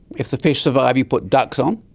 if the fish survive you put ducks um